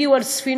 הגיעו על ספינות,